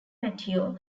mateo